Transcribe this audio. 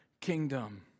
kingdom